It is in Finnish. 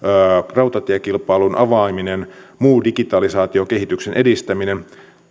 rautatiekilpailun avaaminen muu digitalisaatiokehityksen edistäminen